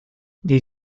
did